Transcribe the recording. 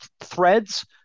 Threads